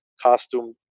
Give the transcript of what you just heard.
costume